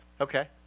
Okay